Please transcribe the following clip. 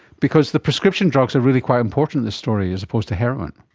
because the prescription drugs are really quite important in this story as opposed to heroin.